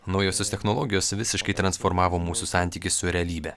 naujosios technologijos visiškai transformavo mūsų santykį su realybe